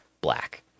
black